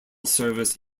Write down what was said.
service